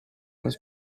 his